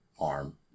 arm